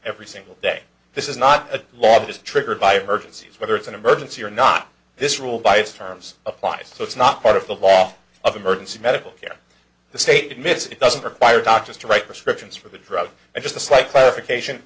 every single day this is not a law that is triggered by urgencies whether it's an emergency or not this rule by its terms applies so it's not part of the law of emergency medical care the state admits it doesn't require doctors to write prescriptions for the drug and just a slight clarification